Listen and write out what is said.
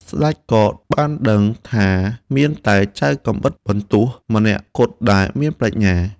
ស្ដេចក៏បានដឹងថាមានតែចៅកាំបិតបន្ទោះម្នាក់គត់ដែលមានប្រាជ្ញា។